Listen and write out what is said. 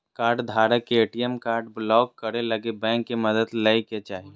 कार्डधारक के ATM card block करे लगी बैंक के मदद लय के चाही